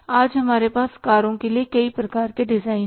आज हमारे पास कारों के लिए कई प्रकार के डिजाइन हैं